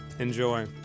Enjoy